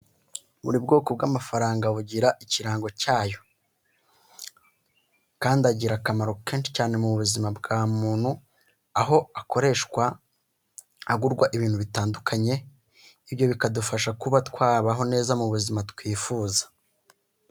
Buri bwoko bw'amafaranga bugira ikirango cyayo, kandi agira akamaro kenshi cyane mu buzima bwa muntu aho akoreshwa agurwa ibintu bitandukanye, ibyo bikadufasha kuba twabaho neza mu buzima twifuza.